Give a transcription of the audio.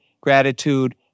gratitude